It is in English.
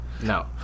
No